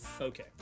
Okay